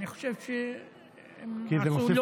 אני חושב שהם עשו,